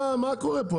מה קורה פה?